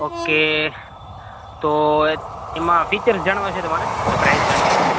okay તો એમાં તમારે ફીચર જાણવા છે તમારે કે પ્રાઇસ જાણવી છે